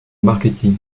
marketing